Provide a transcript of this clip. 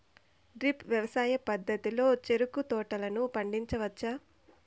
drip వ్యవసాయ పద్ధతిలో చెరుకు తోటలను పండించవచ్చా